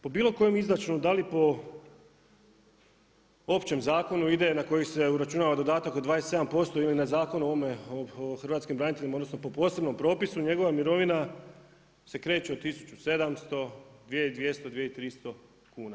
Po bilo kojem izračunu, općem zakonu ide, na koji se uračunava dodatak na 27% ili na zakon o ovome o hrvatskim braniteljima, odnosno, po posebnom propisu, njegova mirovina se kreće od 1700, 2200, 2300 kuna.